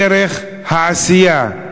דרך העשייה,